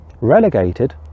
relegated